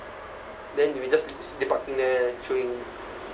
then we just si~ lepaking there chilling